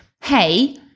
hey